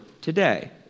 today